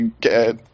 get